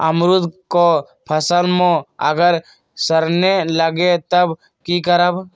अमरुद क फल म अगर सरने लगे तब की करब?